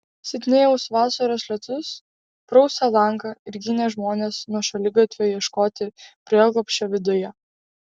sidnėjaus vasaros lietus prausė langą ir ginė žmones nuo šaligatvio ieškoti prieglobsčio viduje